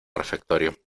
refectorio